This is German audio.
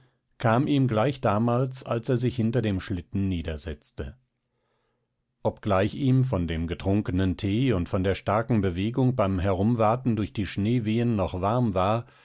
kam ihm gleich damals als er sich hinter dem schlitten niedersetzte obgleich ihm von dem getrunkenen tee und von der starken bewegung beim herumwaten durch die schneewehen noch warm war